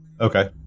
Okay